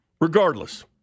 Regardless